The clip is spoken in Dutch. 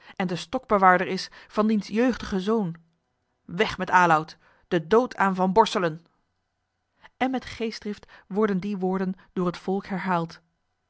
en de stokbewaarder is van diens jeugdigen zoon weg met aloud den dood aan van borselen en met geestdrift worden die woorden door het volk herhaald